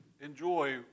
enjoy